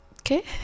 okay